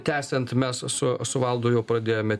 tęsiant mes su su valdu jau pradėjome